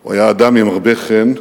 הוא היה אדם עם הרבה חן,